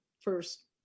first